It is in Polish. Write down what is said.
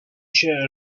się